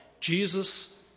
Jesus